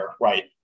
right